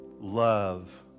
Love